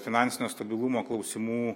finansinio stabilumo klausimų